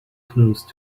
close